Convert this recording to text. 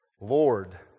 Lord